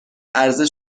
عرضه